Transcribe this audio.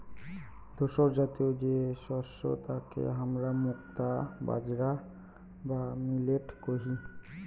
ধূসরজাতীয় যে শস্য তাকে হামরা মুক্তা বাজরা বা মিলেট কহি